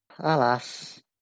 alas